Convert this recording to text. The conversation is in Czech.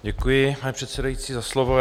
Děkuji, pane předsedající, za slovo.